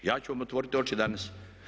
Ja ću vam otvoriti oči danas.